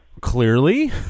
Clearly